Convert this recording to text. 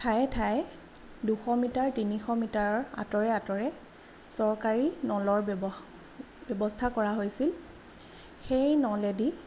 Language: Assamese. ঠাইয়ে ঠাইয়ে দুশ মিটাৰ তিনিশ মিটাৰৰ আঁতৰে আঁতৰে চৰকাৰী নলৰ ব্যৱহা ব্যৱস্থা কৰা হৈছিল সেই নলেদি